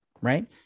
right